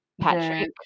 Patrick